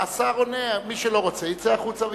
השר עונה ומי שלא רוצה יצא החוצה וידבר.